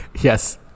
yes